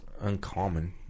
uncommon